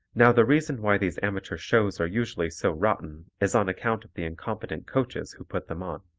now the reason why these amateur shows are usually so rotten is on account of the incompetent coaches who put them on.